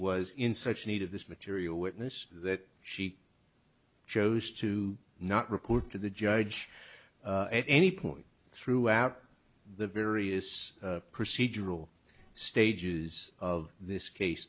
was in such need of this material witness that she chose to not report to the judge at any point throughout the various procedural stages of this case